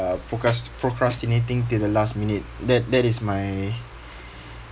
procras~ procrastinating till the last minute that that is my